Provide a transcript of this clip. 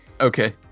Okay